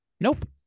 Nope